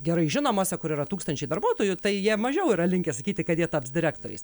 gerai žinomose kur yra tūkstančiai darbuotojų tai jie mažiau yra linkę sakyti kad jie taps direktoriais